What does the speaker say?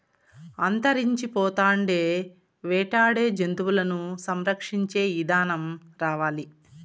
అంతరించిపోతాండే వేటాడే జంతువులను సంరక్షించే ఇదానం రావాలి